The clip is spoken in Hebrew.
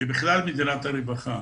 ובכלל מדינת הרווחה